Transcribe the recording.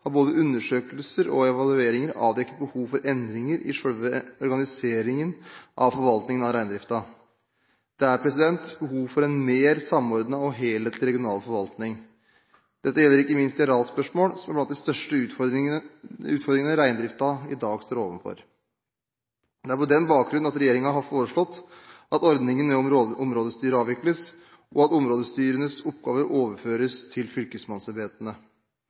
har både undersøkelser og evalueringer avdekket behov for endringer i selve organiseringen av forvaltningen av reindriften. Det er behov for en mer samordnet og helhetlig regional forvaltning. Dette gjelder ikke minst i arealspørsmål, som er blant de største utfordringene reindriften i dag står overfor. Det er på den bakgrunn regjeringen har foreslått at ordningen med områdestyret avvikles, og at områdestyrenes oppgaver overføres til